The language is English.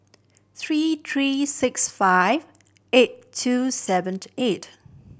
three three six five eight two seven eight